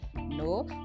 No